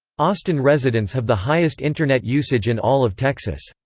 austin residents have the highest internet usage in all of texas.